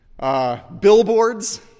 Billboards